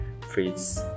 please